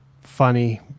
funny